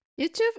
youtube